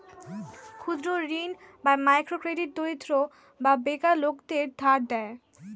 ক্ষুদ্র ঋণ বা মাইক্রো ক্রেডিট দরিদ্র বা বেকার লোকদের ধার দেয়